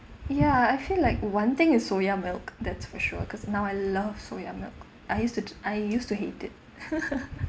ya I I feel like one thing is soya milk that's for sure cause now I love soya milk I used to h~ I used to hate it